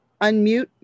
unmute